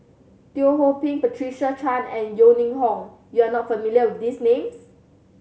Teo Ho Pin Patricia Chan and Yeo Ning Hong you are not familiar with these names